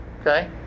okay